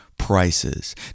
prices